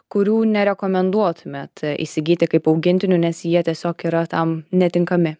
kurių nerekomenduotumėt įsigyti kaip augintinių nes jie tiesiog yra tam netinkami